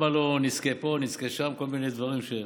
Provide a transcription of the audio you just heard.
למה לא נזקי פה, נזקי שם, כל מיני דברים?